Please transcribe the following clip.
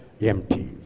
empty